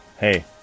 hey